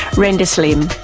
randa slim,